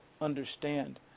understand